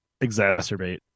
Exacerbate